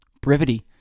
Brevity